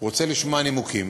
הוא רוצה לשמוע נימוקים,